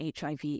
HIV